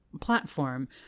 platform